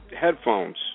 headphones